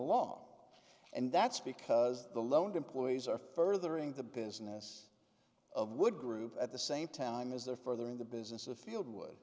law and that's because the loan employees are furthering the business of wood group at the same time as their further in the business of field would